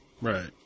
Right